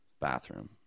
bathroom